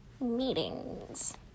meetings